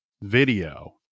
video